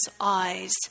eyes